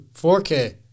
4k